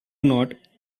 not